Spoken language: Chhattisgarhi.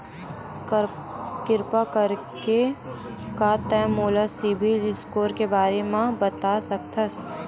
किरपा करके का तै मोला सीबिल स्कोर के बारे माँ बता सकथस?